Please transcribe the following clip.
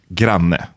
granne